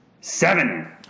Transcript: Seven